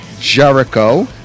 Jericho